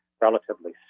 relatively